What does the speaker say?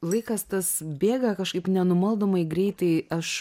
laikas tas bėga kažkaip nenumaldomai greitai aš